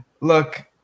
Look